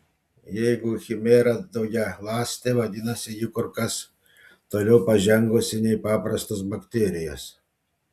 jeigu chimera daugialąstė vadinasi ji kur kas toliau pažengusi nei paprastos bakterijos